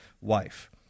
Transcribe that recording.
wife